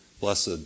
blessed